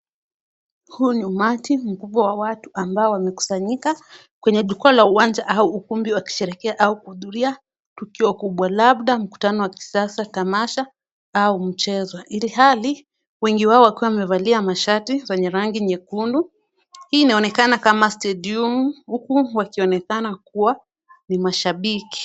Huu ni umati mkubwa wa watu ambao wamekusanyika kwenye jukwaa la uwanja au ukumbi wakisherehekea au kuhudhuria tukio kubwa labda mkutano wa kisiasa, tamasha au michezo ilhali wengi wao wakiwa wamevalia mashati zenye rangi nyekundu. Hii inaonekana kama stadium huku wakionekana kuwa ni mashabiki.